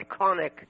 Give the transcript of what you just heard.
iconic